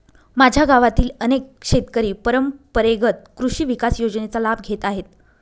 माझ्या गावातील अनेक शेतकरी परंपरेगत कृषी विकास योजनेचा लाभ घेत आहेत